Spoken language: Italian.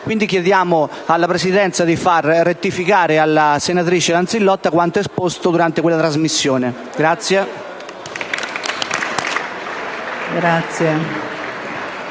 quindi chiediamo alla Presidenza di far rettificare alla senatrice Lanzillotta quanto esposto durante quella trasmissione.